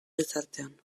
gizartean